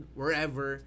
wherever